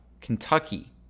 Kentucky